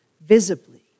visibly